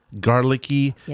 garlicky